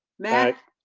matt. i.